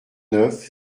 neuf